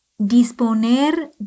disponer